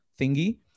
thingy